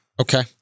okay